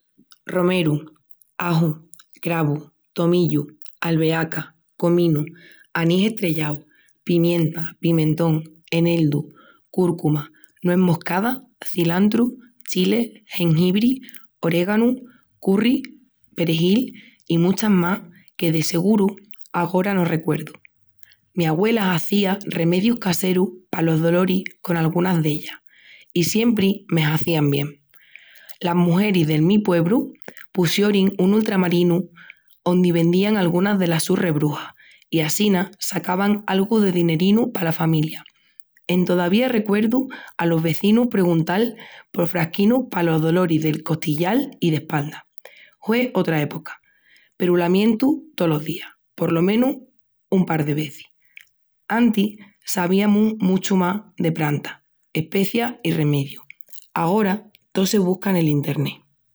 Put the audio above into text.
Romeru, aju, cravu, tomillu, albehaca, cominu, anís estrellau, pimienta, pimentón, eneldu, cúrcuma, nues moscada, cilantru, chile, jengibri, oréganu, curry, perjil y muchas más que de seguru agora no recuerdu. Mi agüela hazia remedius caserus pa los doloris con algunas d´ellas i siempri me hazian bien. Las mujeris del mi puebru pusiorin un ultramarinus ondi vendían algunas de las sus rebrujas i assina sacaban algu de dinerinu pa la familia. Entodavía recuerdu a los vezinus preguntal por frasquinus pa los doloris del costillal y d´espalda. Hue otra época, peru la mientu to los días, por lo menus un par de vezis. Antis, sabiamus muchu más de prantas, espezias y remedius, agora to se busca en el Internet.